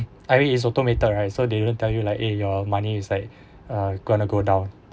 I mean is automated right so they don't tell you like eh your money is like uh going to go down